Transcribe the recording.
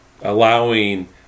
allowing